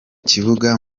kibuga